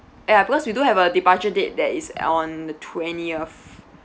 ya because we do have a departure date that is on the twentieth